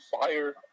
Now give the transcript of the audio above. fire